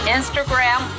Instagram